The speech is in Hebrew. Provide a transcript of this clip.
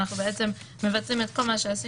אנחנו מבטלים את כל מה שעשינו.